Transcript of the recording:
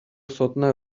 сотуна